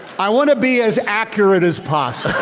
i want to be as accurate as possible.